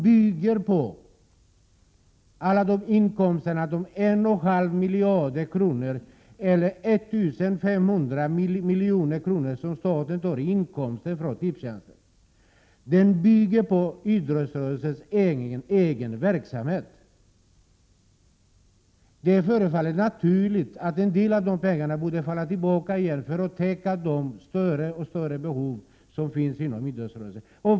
Men alla de inkomster, 1,5 miljarder kronor eller 1 500 milj.kr., som staten tar in från Tipstjänst bygger på idrottsrörelsens verksamhet. Det förefaller naturligt att en del av de pengarna borde falla tillbaka för att täcka de stora behov som finns inom idrottsrörelsen.